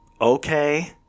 Okay